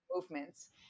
movements